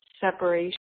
separation